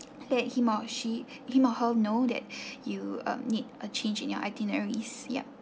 let him or she him or her know that you need uh a change in your itineraries yup